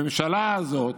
הממשלה הזאת